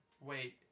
Wait